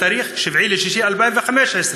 מיום 7 ביוני 2015,